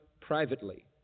privately